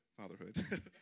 fatherhood